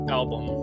album